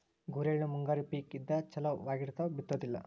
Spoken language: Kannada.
ಗುರೆಳ್ಳು ಮುಂಗಾರಿ ಪಿಕ್ ಇದ್ದ ಚಲ್ ವಗಿತಾರ ಬಿತ್ತುದಿಲ್ಲಾ